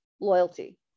loyalty